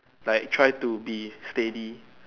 like try to be steady